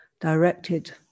directed